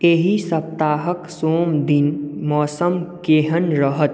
एहि सप्ताहक सोमदिन मौसम केहन रहत